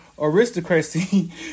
aristocracy